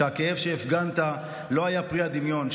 שהכאב שהפגנת לא היה פרי הדמיון,